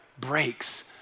breaks